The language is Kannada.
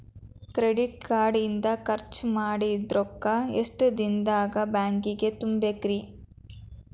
ಕ್ರೆಡಿಟ್ ಕಾರ್ಡ್ ಇಂದ್ ಖರ್ಚ್ ಮಾಡಿದ್ ರೊಕ್ಕಾ ಎಷ್ಟ ದಿನದಾಗ್ ಬ್ಯಾಂಕಿಗೆ ತುಂಬೇಕ್ರಿ?